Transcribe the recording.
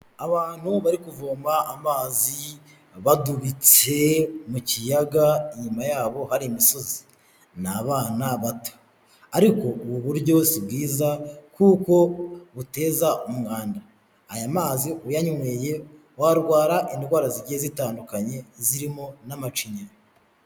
Abantu bari kuvoma amazi badubitse mu kiyaga inyuma yabo hari imisozi, ni abana bato ariko ubu buryo si bwiza kuko buteza umwanda. Aya mazi uyanyweye warwara indwara zigiye zitandukanye zirimo n'amacinya.